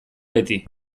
beti